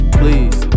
please